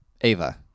Ava